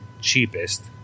cheapest